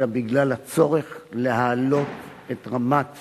אלא בגלל הצורך להעלות את רמת